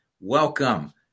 Welcome